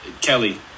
Kelly